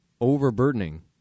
overburdening